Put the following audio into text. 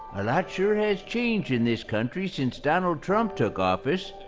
a lot sure has changed in this country since donald trump took office.